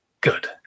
good